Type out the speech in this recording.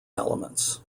elements